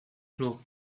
l’eau